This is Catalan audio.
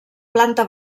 planta